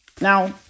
Now